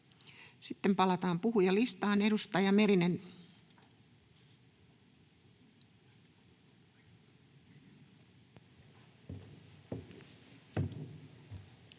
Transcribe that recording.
Sitten palataan puhujalistaan. — Edustaja Merinen.